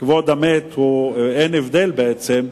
בכבוד המת אין הבדל בעצם,